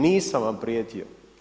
Nisam vam prijetio!